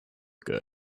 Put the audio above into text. good